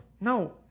No